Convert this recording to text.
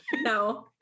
no